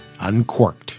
Uncorked